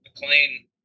McLean